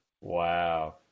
Wow